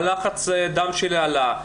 שלחץ הדם שלו עלה,